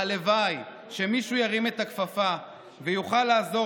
הלוואי שמישהו ירים את הכפפה ויוכל לעזור